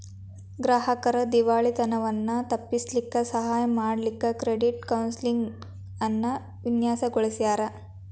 ಗ್ರಾಹಕ್ರ್ ದಿವಾಳಿತನವನ್ನ ತಪ್ಪಿಸ್ಲಿಕ್ಕೆ ಸಹಾಯ ಮಾಡ್ಲಿಕ್ಕೆ ಕ್ರೆಡಿಟ್ ಕೌನ್ಸೆಲಿಂಗ್ ಅನ್ನ ವಿನ್ಯಾಸಗೊಳಿಸ್ಯಾರ್